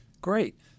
Great